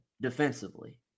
defensively